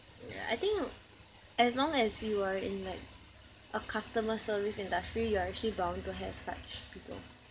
ya I think as long as you are in like a customer service industry you are actually bound to have such people